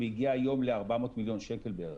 והגיע היום ל-400 מיליון שקל בערך,